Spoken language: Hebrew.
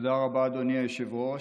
תודה רבה, אדוני היושב-ראש.